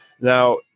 Now